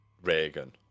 Reagan